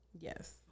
Yes